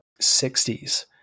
60s